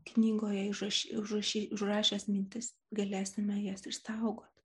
knygoje įrašyti užrašyti užrašęs mintis galėsime jas išsaugot